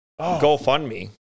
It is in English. GoFundMe